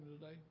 today